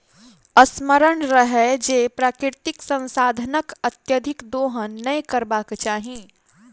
स्मरण रहय जे प्राकृतिक संसाधनक अत्यधिक दोहन नै करबाक चाहि